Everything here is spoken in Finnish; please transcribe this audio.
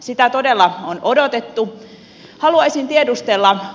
sitä todella on odotettu